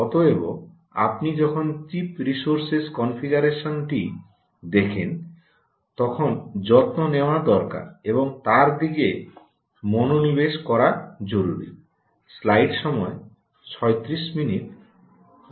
অতএব আপনি যখন চিপ রিসোর্সের কনফিগারেশনটি দেখেন তখন যত্ন নেওয়ার দরকার এবং তার দিকে মনোনিবেশ করা জরুরী